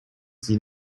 sie